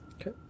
Okay